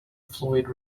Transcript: floyd